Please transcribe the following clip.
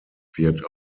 wird